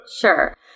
Sure